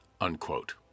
unquote